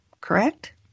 correct